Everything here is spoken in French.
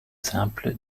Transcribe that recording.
simple